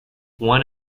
one